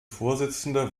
vorsitzende